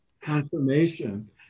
confirmation